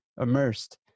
immersed